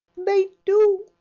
they do,